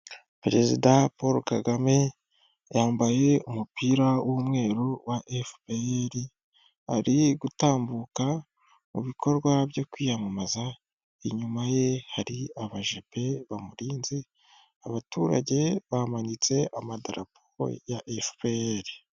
Perezida Paul Kagame yambaye umupira w'umweru wa FPR, ari gutambuka mu bikorwa byo kwiyamamaza. Inyuma ye hari abajepe bamurinze, abaturage bamanitse amadarapo ya FPR.